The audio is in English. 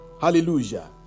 Hallelujah